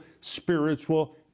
spiritual